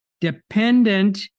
dependent